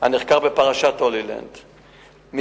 אשת